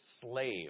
slave